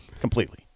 completely